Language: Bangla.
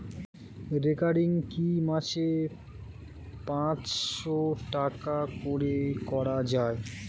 রেকারিং কি মাসে পাঁচশ টাকা করে করা যায়?